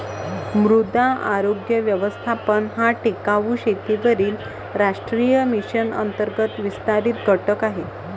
मृदा आरोग्य व्यवस्थापन हा टिकाऊ शेतीवरील राष्ट्रीय मिशन अंतर्गत विस्तारित घटक आहे